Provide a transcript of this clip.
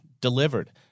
delivered